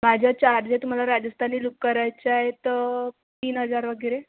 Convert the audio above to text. माझा चार्ज आहे तुम्हाला राजस्थानी लूक करायचा आहे तर तीन हजार वगैरे